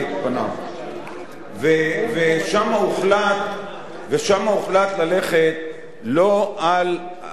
ושם הוחלט ללכת לא על העניין של גזענות,